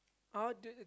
how do you ins~